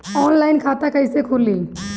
Online खाता कईसे खुलि?